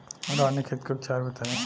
रानीखेत के उपचार बताई?